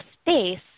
space